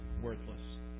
worthless